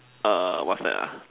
err what's that ah